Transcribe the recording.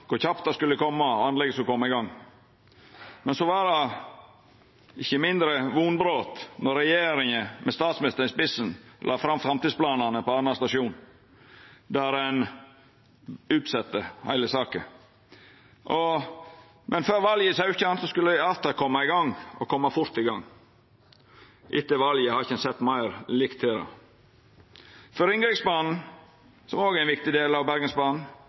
det ikkje mindre vonbrot då regjeringa med statsministeren i spissen la fram framtidsplanane for Arna stasjon der ein utsette heile saka. Men før valet i 2017 skulle dette atter koma fort i gang. Etter valet har ein ikkje sett meir til det. For Ringeriksbanen, som òg er ein viktig del av Bergensbanen,